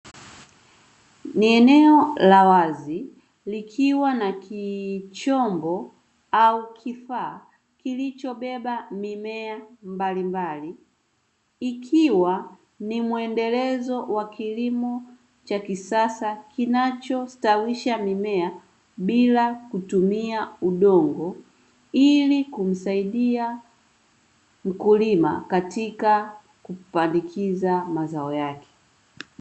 Ni eneo la wazi likiwa na kichombo au kifaa kilichobeba mimea mbalimbali, ikiwa ni mwendelezo wa kilimo cha kisasa kinachostawisha mimea bila kutumia udongo, ili kumsaidia mkulima katika kupandikiza mazao yake.